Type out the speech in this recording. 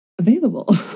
available